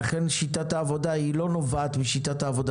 לכן שיטת העבודה היא לא נובעת משיטת העבודה